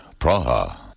Praha